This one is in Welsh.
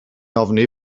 ofni